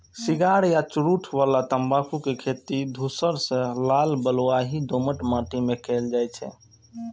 cigar आ चुरूट बला तंबाकू के खेती धूसर सं लाल बलुआही दोमट माटि मे कैल जाइ छै